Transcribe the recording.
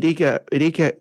reikia reikia